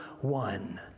one